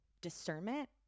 discernment